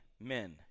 men